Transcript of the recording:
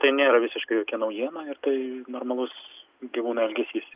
tai nėra visiškai jokia naujiena ir tai normalus gyvūnų elgesys